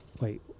wait